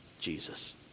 Jesus